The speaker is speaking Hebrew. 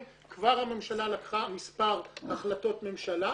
הממשלה כבר קיבלה מספר החלטות ממשלה.